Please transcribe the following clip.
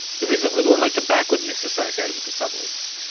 there is is almost a backwardness associated with the suburbs.